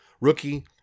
rookie